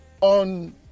on